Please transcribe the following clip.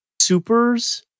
supers